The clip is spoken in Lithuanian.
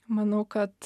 manau kad